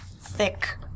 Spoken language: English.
thick